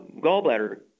gallbladder